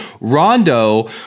Rondo